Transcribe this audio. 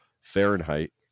Fahrenheit